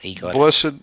Blessed